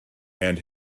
and